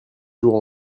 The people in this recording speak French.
jours